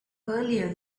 earlier